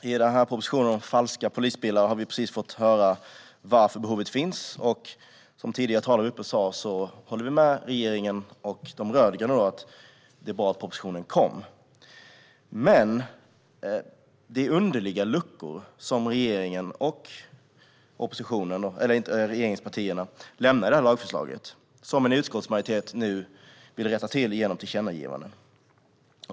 Fru talman! Vad gäller denna proposition om falska polisbilar har vi precis fått höra varför behovet finns. Vi håller, som föregående talare sa, med regeringen och de rödgröna om att det är bra att propositionen kom. Regeringen och regeringspartierna lämnar dock underliga luckor i detta lagförslag, vilket utskottsmajoriteten nu vill rätta till genom tillkännagivanden.